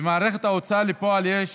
במערכת ההוצאה לפועל יש